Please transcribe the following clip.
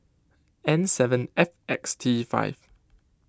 N seven F X T five